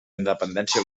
independència